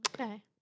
okay